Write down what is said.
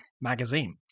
Magazine